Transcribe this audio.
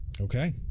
Okay